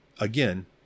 again